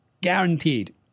guaranteed